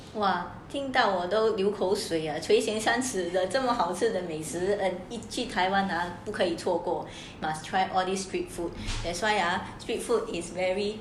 !wah! 听到我都流口水垂涎三尺这这么好吃的美食一去台湾 ah 不可以错过 must try all these street food that is why ah street food is very